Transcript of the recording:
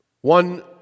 one